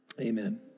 Amen